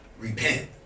Repent